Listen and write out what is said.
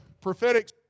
prophetic